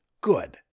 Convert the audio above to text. good